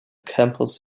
campus